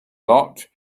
lot